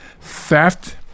theft